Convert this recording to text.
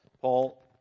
Paul